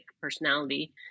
personality